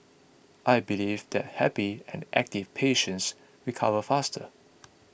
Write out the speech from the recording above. I believe that happy and active patients recover faster